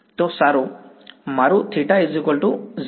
તો સારું મારું θ 0